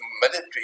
military